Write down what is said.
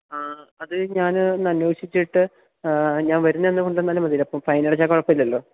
ആ അതെ ഞാനൊന്ന് അന്വേഷിച്ചിട്ട് ഞാൻ വരുന്നയന്ന് കൊണ്ടുവന്നാലും മതിയല്ലോ അപ്പം ഫൈനടച്ചാല് കുഴപ്പമില്ലല്ലോ